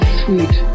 sweet